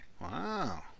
Wow